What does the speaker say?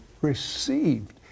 received